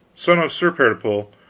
son of sir pertipole,